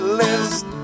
list